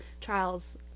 trials